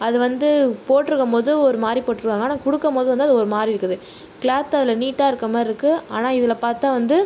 அது வந்து போட்டிருக்கும் போது ஒரு மாதிரி போட்டிருவாங்க ஆனால் கொடுக்கும் போது ஒரு மாதிரி இருக்குது கிளாத் அதில் நீட்டாக இருக்கிற மாதிரி இருக்குது ஆனால் இதில் பார்த்தா வந்து